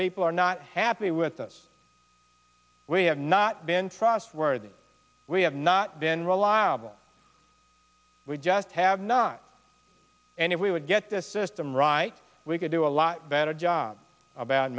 people are not happy with us we have not been frost worthy we have not been reliable we just have not and if we would get this system right we could do a lot better job about